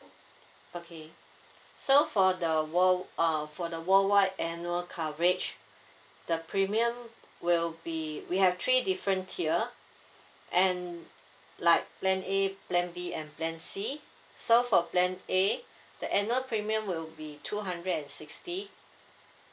okay so for the world uh for the worldwide annual coverage the premium will be we have three different tier and like plan A plan B and plan C so for plan A the annual premium will be two hundred and sixty